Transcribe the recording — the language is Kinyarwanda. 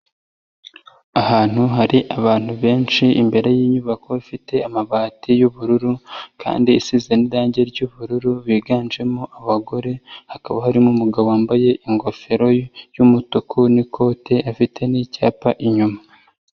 Ahantu hari abantu benshi imbere y'inyubako ifite amabati y'ubururu kandi isize n'irangi ry'ubururu, biganjemo abagore, hakaba harimo umugabo wambaye ingofero y'umutuku n'ikote, afite n'icyapa inyuma.